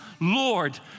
Lord